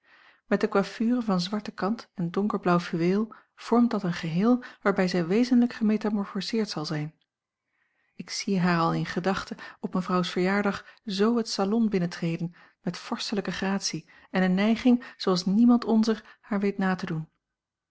met de coiffure van zwarte kant en donkerblauw fluweel vormt dat een geheel waarbij zij wezenlijk gemetamorphoseerd zal zijn ik zie haar al in gedachte op mevrouws verjaardag z het salon binnentreden met vorstelijke gratie en eene nijging zooals niemand onzer haar weet na te doen